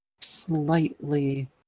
slightly